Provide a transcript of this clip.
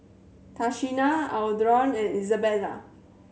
Tashina Adron and Izabella